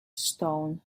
stone